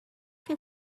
feel